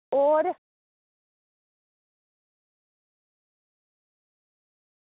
होर